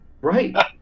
Right